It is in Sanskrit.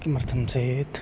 किमर्थं चेत्